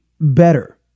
better